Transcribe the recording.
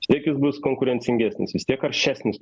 vis tiek jis bus konkurencingesnis vis tiek aršesnis